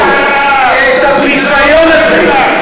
את המבוכה הזאת, את הביזיון הזה.